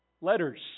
letters